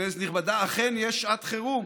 כנסת נכבדה, אכן יש שעת חירום,